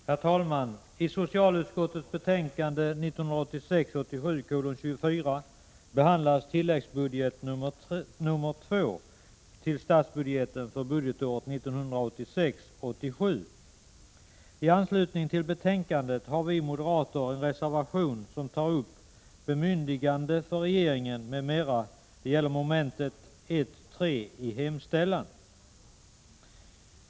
Herr talman! I socialutskottets betänkande 1986 87. I anslutning till betänkandet har vi moderater i en reservation tagit upp Bemyndigande för regeringen m.m., som gäller mom. 1-3 i hemställan.